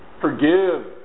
forgive